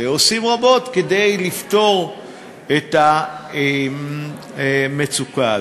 עושים רבות כדי לפתור את המצוקה הזאת,